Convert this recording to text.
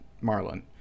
Marlin